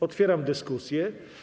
Otwieram dyskusję.